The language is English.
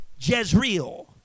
Jezreel